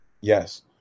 Yes